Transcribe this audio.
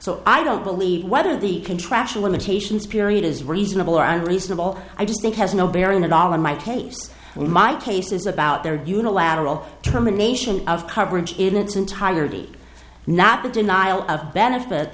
so i don't believe whether the contraction limitations period is reasonable or unreasonable i just think has no bearing at all in my case in my case is about their unilateral determination of coverage in its entirety not the denial of benefits